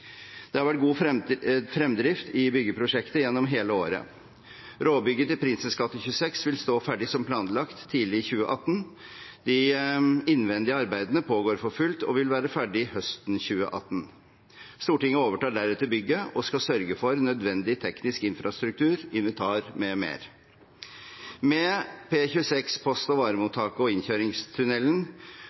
Det har vært god fremdrift i byggeprosjektet gjennom hele året. Råbygget til Prinsens gate 26 vil stå ferdig som planlagt, tidlig i 2018. De innvendige arbeidene pågår for fullt og vil være ferdig høsten 2018. Stortinget overtar deretter bygget og skal sørge for nødvendig teknisk infrastruktur, inventar m.m. Med P26 post- og varemottak og